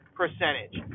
percentage